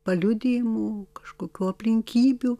paliudijimų kažkokių aplinkybių